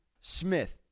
Smith